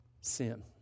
sin